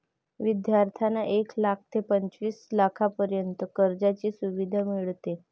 विद्यार्थ्यांना एक लाख ते पंचवीस लाखांपर्यंत कर्जाची सुविधा मिळते